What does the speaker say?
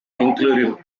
including